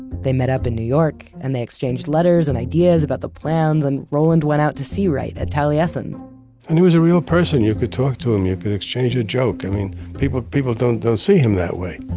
they met up in new york and they exchanged letters and ideas about the plans and roland went out to see wright at taliesin and he was a real person. you could talk to him, you could exchange your joke. i mean people people don't don't see him that way,